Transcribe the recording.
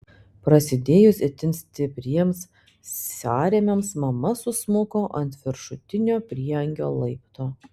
prasidėjus itin stipriems sąrėmiams mama susmuko ant viršutinio prieangio laipto